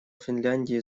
финляндии